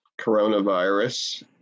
coronavirus